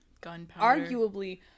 arguably